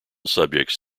subjects